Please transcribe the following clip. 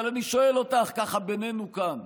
אבל אני שואל אותך ככה, בינינו, כאן.